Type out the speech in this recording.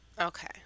okay